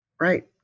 Right